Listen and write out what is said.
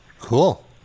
Cool